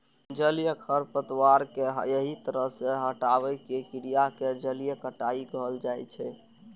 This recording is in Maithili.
जलीय खरपतवार कें एहि तरह सं हटाबै के क्रिया कें जलीय कटाइ कहल जाइ छै